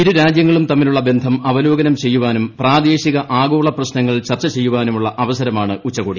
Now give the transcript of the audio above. ഇരു രാജ്യങ്ങളും തമ്മിലുള്ള ബന്ധം അവലോകനം ചെയ്യാനും പ്രാദേശിക ആഗോള പ്രശ്നങ്ങൾ ചർച്ച ചെയ്യാനുള്ള അവസരമാണ് ഉച്ചകോടി